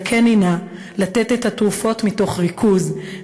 זכני נא לתת את התרופות מתוך ריכוז,